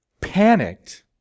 panicked